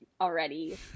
already